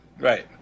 Right